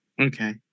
Okay